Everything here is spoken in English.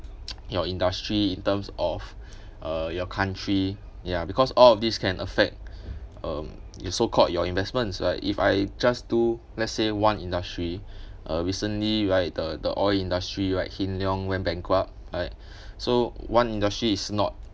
your industry in terms of uh your country ya because all of these can affect um your so called your investments like if I just do let's say one industry uh recently right the the oil industry like hin leong went bankrupt right so one industry is not